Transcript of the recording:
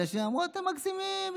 אנשים אמרו: אתם מגזימים,